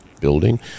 building